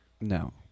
no